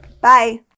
Bye